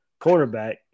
cornerback